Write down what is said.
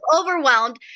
overwhelmed